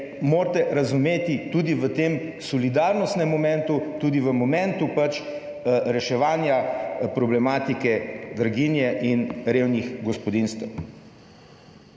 morate razumeti tudi v tem solidarnostnem momentu, tudi v momentu reševanja problematike draginje in revnih gospodinjstev.